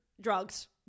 drugs